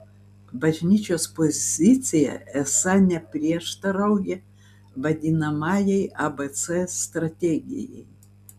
bažnyčios pozicija esą neprieštarauja vadinamajai abc strategijai